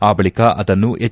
ಆ ಬಳಿಕ ಅದನ್ನು ಎಚ್